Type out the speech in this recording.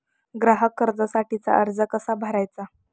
ग्राहक कर्जासाठीचा अर्ज कसा भरायचा?